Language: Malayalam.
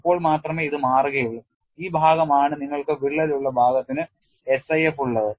അപ്പോൾ മാത്രമേ ഇത് മാറുകയുള്ളൂ ഈ ഭാഗമാണ് നിങ്ങൾക്ക് വിള്ളൽ ഉള്ള ഭാഗത്തിന് SIF ഉള്ളത്